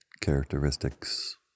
characteristics